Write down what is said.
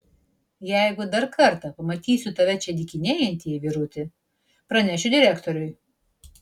jeigu dar kartą pamatysiu tave čia dykinėjantį vyruti pranešiu direktoriui